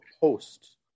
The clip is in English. post